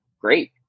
Great